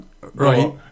Right